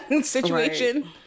situation